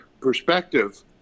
perspective